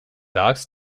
dogs